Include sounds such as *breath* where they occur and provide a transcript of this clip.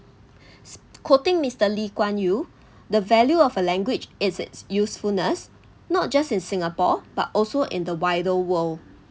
*breath* quoting mister lee-kuan-yew the value of a language is its usefulness not just in singapore but also in the wider world